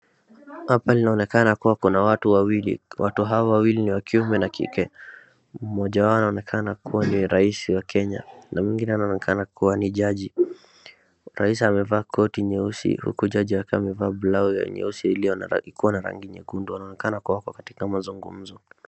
Hapa inaonekana kuwa kuna watu wawili , watu hawa wawili ni wakiume na kike. Mmoja wao naonekana kuwa ni rais wa Kenya na mwingine anaonekana kuwa ni jaji. Rais amevaa koti nyeusi huku jaji akiwa amevaa blausi ya nyeusi ikiwa na rangi nyekundu anaonekana kuwa wako kwa mazungumzo.